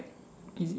is it